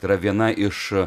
tai yra viena iš